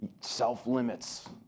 Self-limits